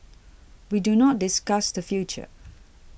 we do not discuss the future